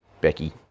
Becky